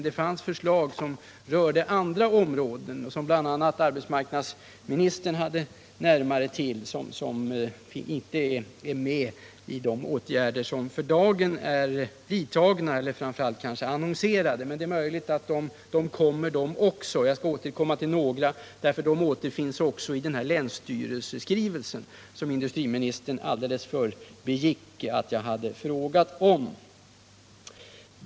Det fanns dock förslag som rörde andra områden och som låg närmare arbetsmarknadsministerns uppgifter men som inte har kommit med bland de åtgärder som vidtagits nu eller som är annonserade. Det är möjligt att också de kommer så småningom. Jag skall här återkomma till några, eftersom också de återfinns i skrivelsen från länsstyrelsen, som industriministern emellertid förbigick att jag hade frågat om.